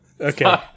Okay